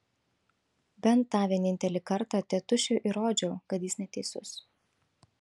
bent tą vienintelį kartą tėtušiui įrodžiau kad jis neteisus